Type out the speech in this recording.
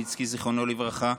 זיכרונו לברכה,